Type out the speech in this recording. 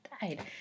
died